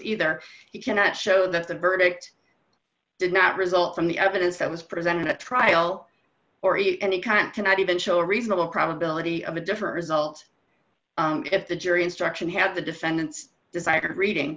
either he cannot show that the verdict did not result from the evidence that was presented at trial or eight and it can't cannot even show reasonable probability of a difference ault if the jury instruction had the defendant's desired reading